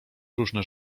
różne